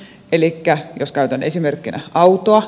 elikkä jos käytän esimerkkinä autoa